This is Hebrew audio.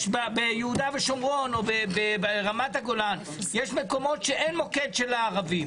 יש ביהודה ושומרון או ברמת הגולן מקומות שאין מוקד של הערבים.